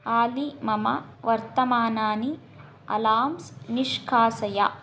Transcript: आली मम वर्तमानानि अलार्म्स् निष्कासय